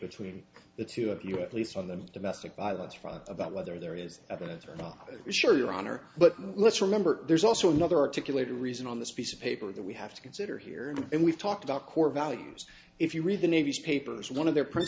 between the two of you at least on the domestic violence front about whether there is at the center not sure your honor but let's remember there's also another articulated reason on this piece of paper that we have to consider here and we've talked about core values if you read the navy's papers one of their pr